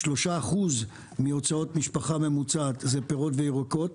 3% מהוצאות משפחה ממוצעת זה פירות וירקות,